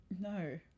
No